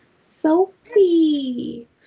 Sophie